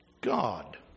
God